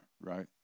right